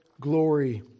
glory